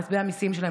בכספי המיסים שלהם,